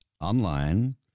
online